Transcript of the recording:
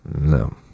no